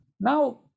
Now